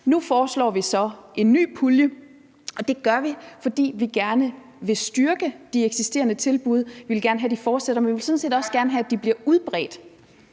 Nu foreslår vi så en ny pulje, og det gør vi, fordi vi gerne vil styrke de eksisterende tilbud; vi vil gerne have, de fortsætter, men vi vil sådan set også gerne have, at de bliver udbredt.